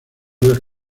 del